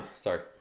Sorry